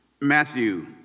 Matthew